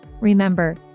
remember